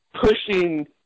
pushing